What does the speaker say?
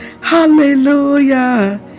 Hallelujah